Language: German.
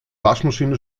waschmaschine